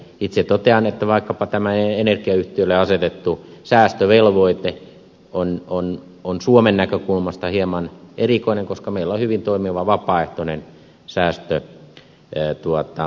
itse totean että vaikkapa tämä energiayhtiöille asetettu säästövelvoite on suomen näkökulmasta hieman erikoinen koska meillä on hyvin toimiva vapaaehtoinen säästösopimusjärjestelmä